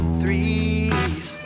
threes